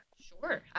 Sure